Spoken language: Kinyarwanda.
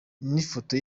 n’ifoto